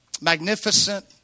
magnificent